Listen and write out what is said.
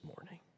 morning